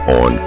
on